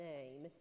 Name